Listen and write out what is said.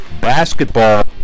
basketball